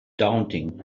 daunting